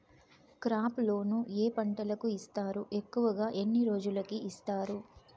crop loan ఏ పంటలకు ఇస్తారు ఎక్కువగా ఎన్ని రోజులకి ఇస్తారు